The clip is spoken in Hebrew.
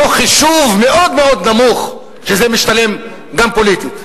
מתוך חישוב מאוד מאוד נמוך שזה משתלם, גם פוליטית.